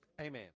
Amen